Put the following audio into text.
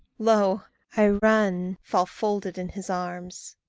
lo i run fall folded in his arms.